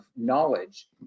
knowledge